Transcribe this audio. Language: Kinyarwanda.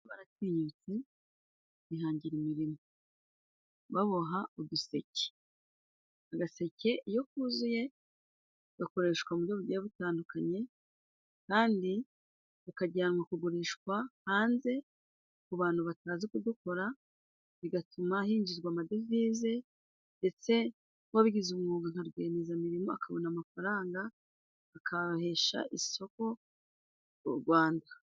Baratinyutse bihangira imirimo baboha uduseke agaseke iyo kuzuye gakoreshwa mu buryo bugiye butandukanye kandi bukajyanwa kugurishwa hanze ku bantu batazi kudukora bigatuma hinjizwa amadovize ndetse n'uwabigize umwuga nka rwiyemezamirimo akabona amafaranga bikahesha isoko u rwanda